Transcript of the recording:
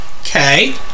Okay